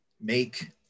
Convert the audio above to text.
make